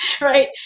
right